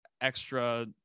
extra